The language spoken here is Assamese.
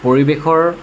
পৰিৱেশৰ